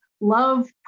love